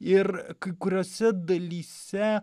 ir kai kuriose dalyse